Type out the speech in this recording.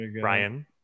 Brian